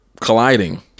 colliding